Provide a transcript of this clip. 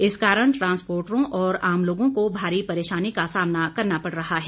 इस कारण ट्रांसपोर्टरों और आम लोगों को भारी परेशानी का सामना करना पड़ रहा है